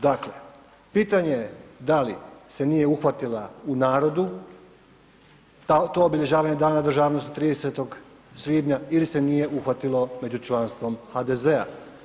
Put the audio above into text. Dakle, pitanje je da li se nije uhvatila u narodu to obilježavanje Dana državnosti 30. svibnja ili se nije uhvatilo među članstvom HDZ-a.